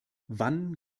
wann